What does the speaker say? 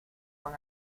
van